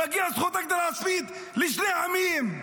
שמגיעה זכות להגדרה עצמית לשני העמים.